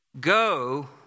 Go